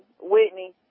Whitney